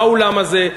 באולם הזה,